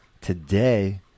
today